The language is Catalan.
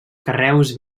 carreus